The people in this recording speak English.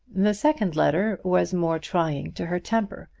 the second letter was more trying to her temper,